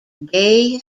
gay